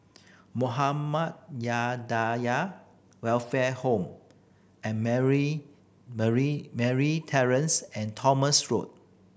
Welfare Home and Terrace and Thomas Road